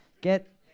Get